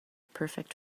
perfect